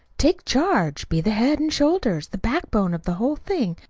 take charge. be the head and shoulders, the backbone of the whole thing.